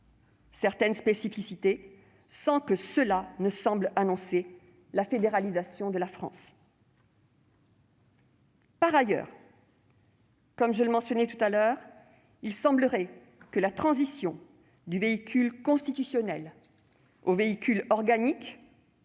certaines spécificités, sans que cela semble annoncer la fédéralisation de la France. Par ailleurs, comme je le mentionnais, il semblerait que la transition du véhicule constitutionnel au véhicule organique,